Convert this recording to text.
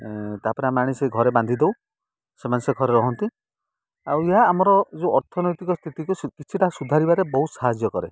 ତାପରେ ଆମେ ଆଣି ସେ ଘରେ ବାନ୍ଧି ଦେଉ ସେମାନେ ସେ ଘରେ ରହନ୍ତି ଆଉ ଏହା ଆମର ଯେଉଁ ଅର୍ଥନୈତିକ ସ୍ଥିତିକୁ କିଛିଟା ସୁଧାରିବାରେ ବହୁତ ସାହାଯ୍ୟ କରେ